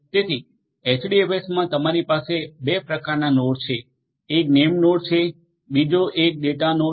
તેથી એચડીએફએસમાં તમારી પાસે 2 પ્રકારનાં નોડસ છે એક નેમનાોડ છે બીજો એક ડેટાનોડ છે